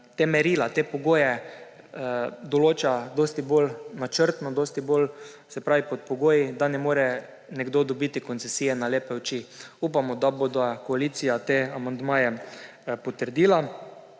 ta merila, te pogoje določajo dosti bolj načrtno, se pravi pod pogoji, da ne more nekdo dobiti koncesije na lepe oči. Upamo, da bo koalicija te amandmaje potrdila.